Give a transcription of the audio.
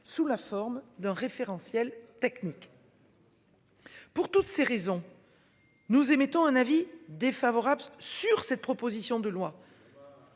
sous la forme d'un référentiel technique. Pour toutes ces raisons. Nous émettons un avis défavorable sur cette proposition de loi.